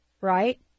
right